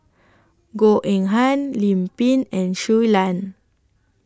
Goh Eng Han Lim Pin and Shui Lan